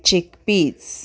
chickpeas